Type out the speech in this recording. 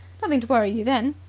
nothing to worry you then.